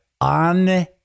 on